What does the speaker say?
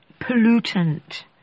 pollutant